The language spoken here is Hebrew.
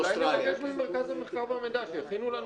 אולי נבקש ממרכז המחקר והמידע שיכינו לנו